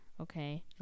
okay